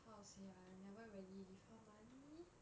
how to say ah never really give her money